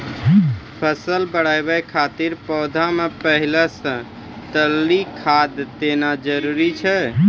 फसल बढ़ाबै खातिर पौधा मे पहिले से तरली खाद देना जरूरी छै?